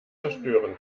zerstören